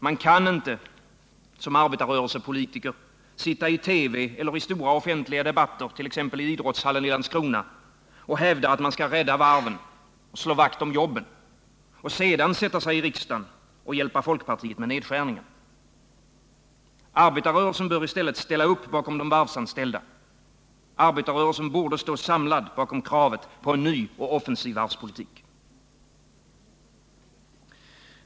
Man kan inte som arbetarrörelsepolitiker sitta i TV eller i andra stora offentliga debatter, t.ex. i idrottshallen i Landskrona, och hävda att man skall rädda varven, slå vakt om jobben — och sedan sätta sig i riksdagen och hjälpa folkpartiet med nedskärningarna. Arbetarrörelsen bör ställa upp bakom de varvsanställda. Arbetarrörelsen borde stå samlad bakom kravet på en ny, offensiv varvspolitik.